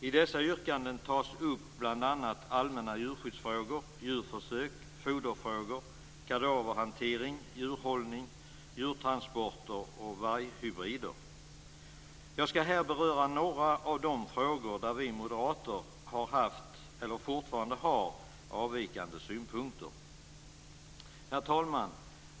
I dessa yrkanden tas upp bl.a. allmänna djurskyddsfrågor, djurförsök, foderfrågor, kadaverhantering, djurhållning, djurtransporter och varghybrider. Jag skall här beröra några av de frågor där vi moderater har haft eller fortfarande har avvikande synpunkter. Herr talman!